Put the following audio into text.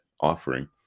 offering